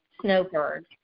Snowbird